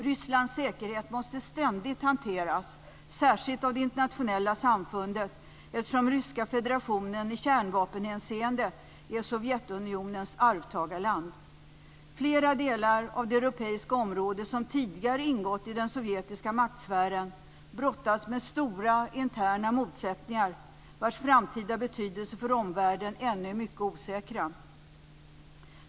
Rysslands säkerhet måste ständigt hanteras, särskilt av det internationella samfundet, eftersom Ryska federationen i kärnvapenhänseende är Sovjetunionens arvtagarland. Flera delar av det europeiska område som tidigare ingått i den sovjetiska maktsfären brottas med stora interna motsättningar, vilkas framtida betydelse för omvärlden ännu är mycket osäkra.